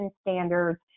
standards